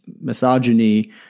misogyny